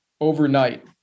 overnight